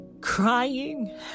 crying